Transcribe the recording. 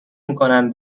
میکنم